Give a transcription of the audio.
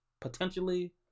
Potentially